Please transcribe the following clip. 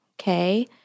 Okay